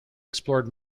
explored